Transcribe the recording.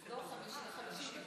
לא, 50 דקות.